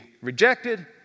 rejected